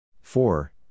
four